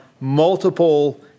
multiple